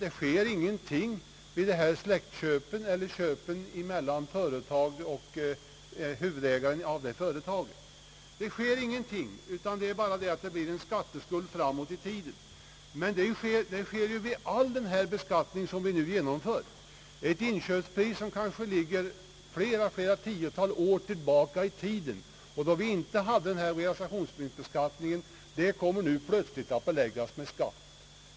Det sker ingenting vid släktköp eller vid köp mellan ett företag och huvudägaren till det företaget, utan det blir en skatteskuld framåt i tiden. Men det blir det ju vid all den beskattning, som vi nu genomför. Ett inköpspris som kanske ligger flera tiotal år tillbaka i tiden, då vi inte hade realisationsvinstbeskattning på «fastigheter, kommer nu plötsligt att läggas som grund för sådan skatt.